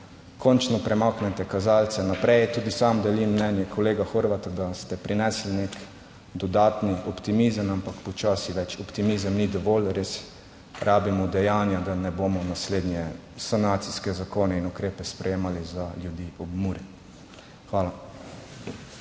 končno premaknete kazalce naprej. Tudi sam delim mnenje kolega Horvata, da ste prinesli nek dodatni optimizem, ampak počasi več optimizem ni dovolj, res rabimo dejanja, da ne bomo naslednje sanacijske zakone in ukrepe sprejemali za ljudi ob Muri. Hvala.